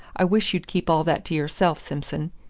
i wish you'd keep all that to yourself, simson.